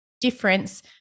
difference